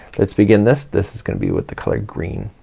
let's begin this, this is gonna be with the colored green.